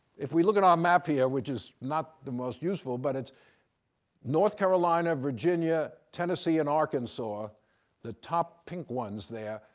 if we look at our map here, which is not the most useful, but it's north carolina, virginia, tennessee, and arkansas, ah the top pink ones there,